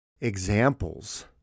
examples